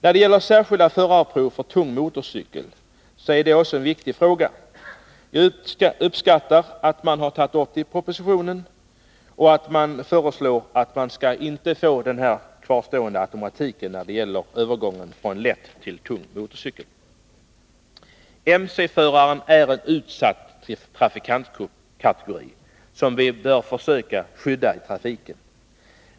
Frågan om särskilda förarprov för tung motorcykel är också utomordentligt viktig. Jag uppskattar att man tagit upp detta i propositionen och att det föreslås att man inte skall ha den kvarvarande automatiken när det gäller övergången från lätt till tung motorcykel. MC-förarna är en utsatt trafikantgrupp, som vi bör försöka skydda i trafiken.